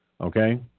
Okay